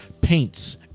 paints